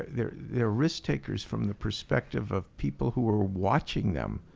they're they're risk takers from the perspectives of people who are watching them.